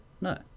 No